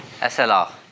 SLR